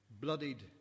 bloodied